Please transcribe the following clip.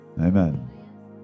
Amen